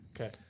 Okay